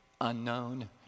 unknown